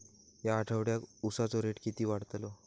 या आठवड्याक उसाचो रेट किती वाढतलो?